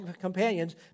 companions